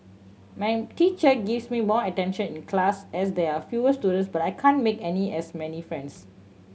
my teacher gives me more attention in class as there are fewer students but I can't make any as many friends